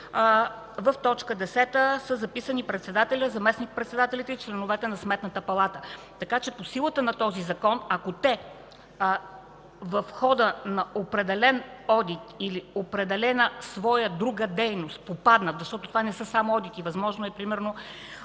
в т. 10 са записани председателят, заместник-председателите и членовете на Сметната палата. Така че по силата на този Закон, ако те в хода на определен одит или определена друга своя дейност попаднат, защото това не са само одити, възможно е примерно